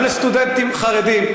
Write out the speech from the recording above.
גם לסטודנטים חרדים?